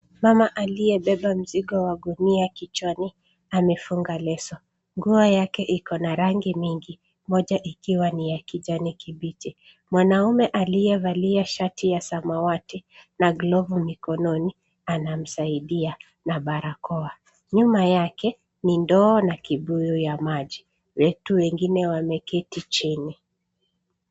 Mama aliyebeba mzigo wa gunia kichwani amefunga leso. Nguo yake ikona rangi mingi moja ikiwa ni ya kijani kibichi. Mwanaume aliyevalia shati ya samawati na glovu mikononi anamsaidia na barakoa. Nyuma yake ni ndoo na kibuyu ya maji. watu wengine wameketi chini.